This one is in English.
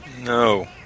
No